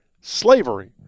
slavery